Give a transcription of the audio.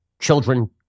children